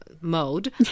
mode